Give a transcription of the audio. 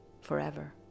forever